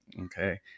Okay